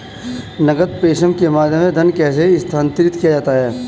नकद प्रेषण के माध्यम से धन कैसे स्थानांतरित किया जाता है?